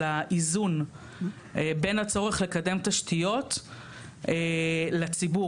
האיזון בין הצורך לקדם תשתיות לציבור,